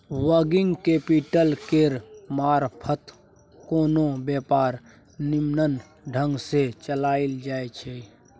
working capital केर मारफत कोनो व्यापार निम्मन ढंग सँ चलाएल जाइ छै